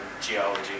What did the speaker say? geology